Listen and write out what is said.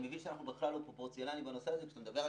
אני מבין שאין פרופורציה בנושא הזה כי מדברים על